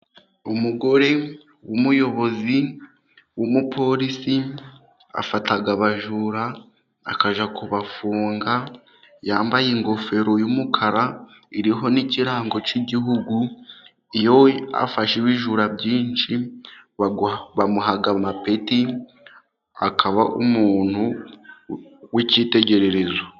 Umugore w'umuyobozi w'umupolisi afata abajura akajya kubafunga, yambaye ingofero y'umukara iriho n'ikirango cy'igihugu. Iyo afashe ibijura byinshi, bamuha amapeti, akaba umuntu w'icyitegererezo.